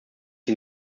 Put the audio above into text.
die